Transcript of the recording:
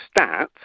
stats